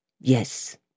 Yes